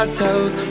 toes